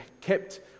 kept